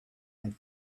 and